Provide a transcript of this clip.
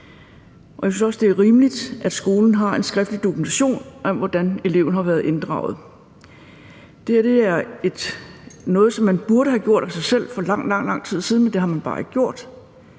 Jeg synes også, det er rimeligt, at skolen har en skriftlig dokumentation af, hvordan eleven har været inddraget. Det her er noget, som man burde have gjort af sig selv for lang, lang tid siden, men det har man bare ikke gjort,